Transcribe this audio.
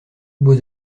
beaux